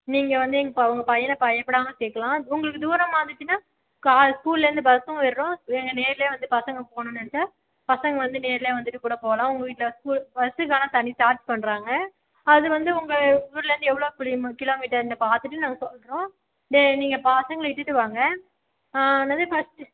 நீங்கள் வந்து எங்கள் பை உங்கள் பையனை பயப்படாமல் சேர்க்கலாம் உங்களுக்கு தூரமாக இருந்துச்சுன்னால் காலே ஸ்கூல்லேருந்து பஸ்ஸும் விடுறோம் நீங்கள் நேர்லேயே வந்து பசங்கள் போகணுன்னு நினைச்சா பசங்கள் வந்து நேர்லேயே வந்துட்டு கூட போகலாம் உங்கள் வீட்டில் ஸ்கூல் பஸ்ஸுக்கு ஆனால் தனி சார்ஜ் பண்ணுறாங்க அது வந்து உங்கள் ஊர்லேருந்து எவ்வளோ கி கிலோமீட்ருன்னு பார்த்துட்டு நாங்கள் சொல்கிறோம் டே நீங்கள் பசங்களை இட்டுகிட்டு வாங்க என்னது ஃபஸ்ட்டு